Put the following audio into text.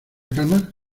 calmar